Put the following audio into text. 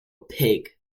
pig